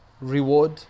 reward